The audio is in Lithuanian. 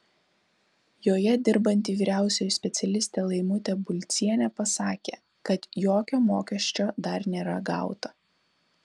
joje dirbanti vyriausioji specialistė laimutė bulcienė pasakė kad jokio mokesčio dar nėra gauta